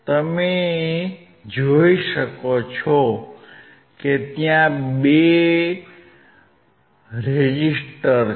તમે જોઈ શકો છો કે ત્યાં બે રેઝિસ્ટર છે